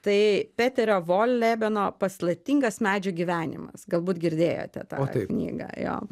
tai peterio volebeno paslaptingas medžių gyvenimas galbūt girdėjote tą knygą jo